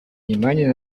внимание